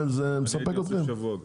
אני הייתי אומר שבוע.